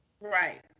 Right